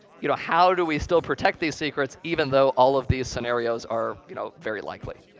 you know how do we still protect these secrets, even though all of these scenarios are you know very likely?